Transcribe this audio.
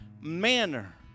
manner